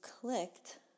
clicked